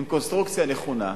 עם קונסטרוקציה נכונה,